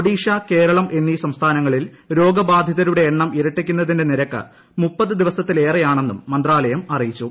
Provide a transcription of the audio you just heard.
ഒഡീഷ കേരളം എന്നീ സംസ്ഥാനങ്ങളിൽ ് ദ് രോഗബാധിതരുടെ എണ്ണം ഇരട്ടിക്കുന്നതിന്റെ നിരക്ക് പ് ദ് ദ് ദ് ദ് ദിവസത്തിലേറെയാണണെന്നും മന്ത്രാലയം അറിയിച്ചു